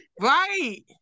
right